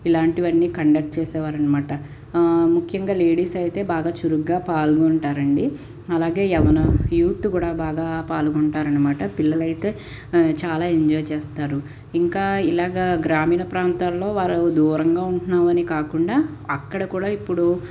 ఇలాంటివన్నీ కండక్ట్ చేసేవారనమాట ముఖ్యంగా లేడీస్ అయితే బాగా చురుగ్గా పాల్గొంటారు అండి అలాగే యవ్వనం యూత్ కూడా బాగా పాల్గొంటారు అనమాట పిల్లలైతే చాలా ఎంజాయ్ చేస్తారు ఇంకా ఇలాగా గ్రామీణ ప్రాంతాల్లో వారు దూరంగా ఉంటున్నామని కాకుండా అక్కడ కూడా ఇప్పుడు